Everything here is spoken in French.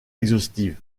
exhaustive